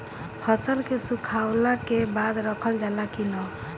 फसल के सुखावला के बाद रखल जाला कि न?